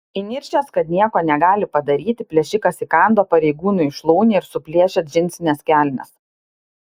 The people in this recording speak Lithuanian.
įniršęs kad nieko negali padaryti plėšikas įkando pareigūnui į šlaunį ir suplėšė džinsines kelnes